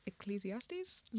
ecclesiastes